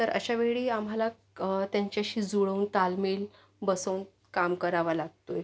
तर अशावेळी आम्हाला त्यांच्याशी जुळवून ताळमेळ बसवून काम करावं लागतो आहे